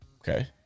Okay